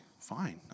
fine